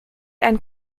ein